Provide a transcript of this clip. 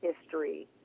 history